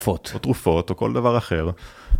או תרופות או כל דבר אחר